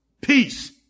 Peace